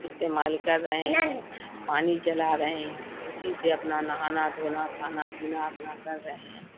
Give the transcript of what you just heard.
استعمال کر رہے ہیں پانی چلا رہے ہیں اسی سے اپنا نہانا دھونا کھانا پینا اپنا کر رہے ہیں